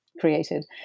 created